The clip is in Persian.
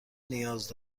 نیاز